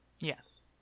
Yes